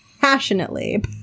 passionately